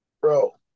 bro